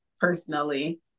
personally